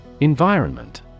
Environment